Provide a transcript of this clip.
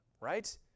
right